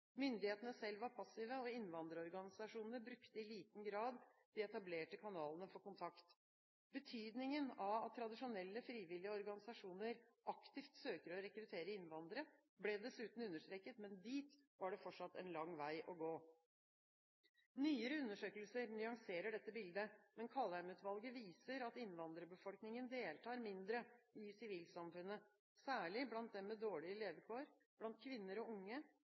Myndighetene selv var passive, og innvandrerorganisasjonene brukte i liten grad de etablerte kanalene for kontakt. Betydningen av at tradisjonelle frivillige organisasjoner aktivt søker å rekruttere innvandrere, ble dessuten understreket, men dit var det fortsatt en lang vei å gå. Nyere undersøkelser nyanserer dette bildet, men Kaldheim-utvalget viser at innvandrerbefolkningen deltar mindre i sivilsamfunnet, særlig blant dem med dårlige levekår, blant kvinner og unge,